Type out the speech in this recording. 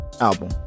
album